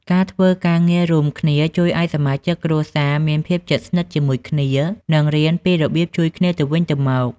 ការធ្វើការងាររួមគ្នាជួយឲ្យសមាជិកគ្រួសារមានភាពជិតស្និទ្ធជាមួយគ្នា និងរៀនពីរបៀបជួយគ្នាទៅវិញទៅមក។